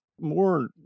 More